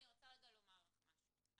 אני רוצה רגע לומר לך משהו.